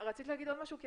האם